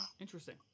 Interesting